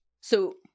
So-